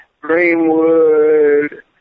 Greenwood